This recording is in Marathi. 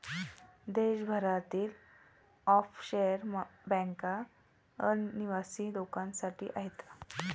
देशभरातील ऑफशोअर बँका अनिवासी लोकांसाठी आहेत